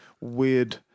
weird